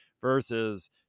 versus